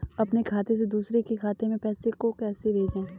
अपने खाते से दूसरे के खाते में पैसे को कैसे भेजे?